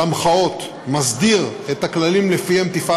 של המחאות מסדיר את הכללים שלפיהם תפעל